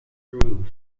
roof